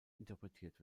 interpretiert